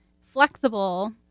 flexible